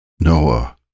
Noah